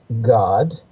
God